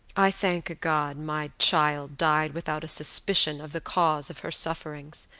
i thank god my child died without a suspicion of the cause of her sufferings.